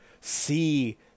see